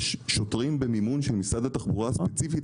יש שוטרים במימון של משרד התחבורה ספציפית